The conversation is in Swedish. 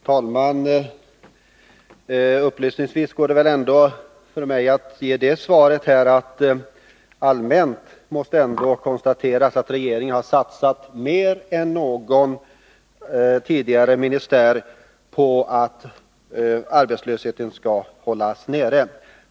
Herr talman! Det är väl möjligt för mig att upplysningsvis ge det svaret, att det rent allmänt ändå måste konstateras att regeringen har satsat mer än någon tidigare ministär på att arbetslösheten skall hållas nere.